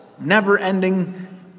never-ending